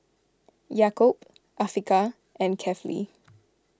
Yaakob Afiqah and Kefli